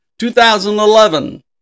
2011